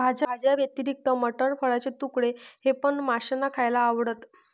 भाज्यांव्यतिरिक्त मटार, फळाचे तुकडे हे पण माशांना खायला आवडतं